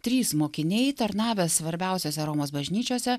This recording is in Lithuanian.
trys mokiniai tarnavę svarbiausiose romos bažnyčiose